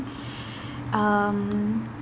um